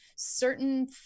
certain